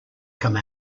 come